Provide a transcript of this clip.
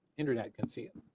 internet can see it.